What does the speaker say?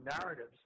narratives